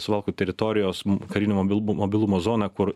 suvalkų teritorijos karinio mobi abilumo zoną kur